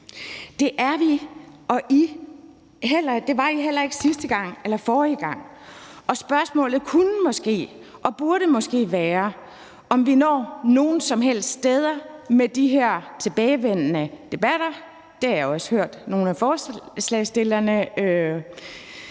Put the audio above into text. Det er vi og I ikke, og det var I heller ikke sidste gang eller forrige gang. Spørgsmålet kunne måske og burde måske være, om vi når nogen som helst steder hen med de her tilbagevendende debatter. Det har jeg også hørt nogle af forslagsstillerne